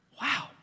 Wow